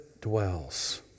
dwells